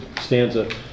stanza